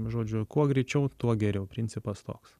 žodžiu kuo greičiau tuo geriau principas toks